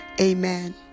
Amen